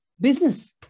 Business